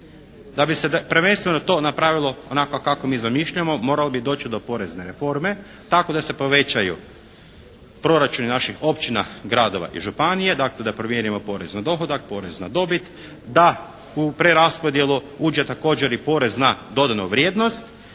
Da bi se prvenstveno to napravilo onako kako mi zamišljamo moralo bi doći do porezne reforme tako da se povećaju proračuni naših općina, gradova i županije. Dakle da provjerimo porez na dohodak, porez na dobit, da u preraspodjelu uđe također i porez na dodanu vrijednost